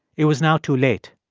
it was now too late.